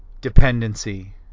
dependency